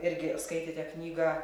irgi skaitėte knygą